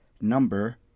number